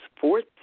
fourth